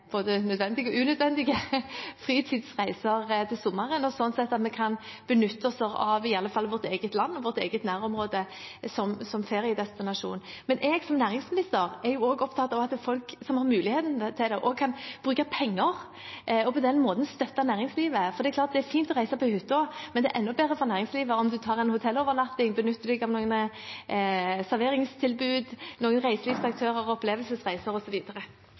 både nødvendige og unødvendige fritidsreiser til sommeren, og at vi sånn sett kan benytte oss av i alle fall vårt eget land og vårt eget nærområde som feriedestinasjon. Men jeg som næringsminister er også opptatt av at folk som har muligheten til det, også kan bruke penger og på den måten støtte næringslivet. Det er klart at det er fint å reise på hytta, men det er enda bedre for næringslivet om en tar en hotellovernatting og benytter seg av noen serveringstilbud, reiselivsaktører, opplevelsesreiser